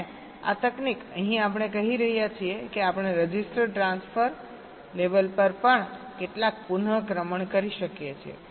અને આ તકનીક અહીં આપણે કહી રહ્યા છીએ કે આપણે રજિસ્ટર ટ્રાન્સફર લેવલ પર પણ કેટલાક પુનક્રમણ કરી શકીએ છીએ